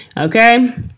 okay